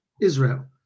Israel